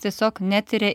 tiesiog netiria